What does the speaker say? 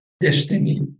destiny